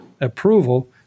approval